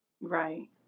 Right